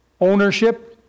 Ownership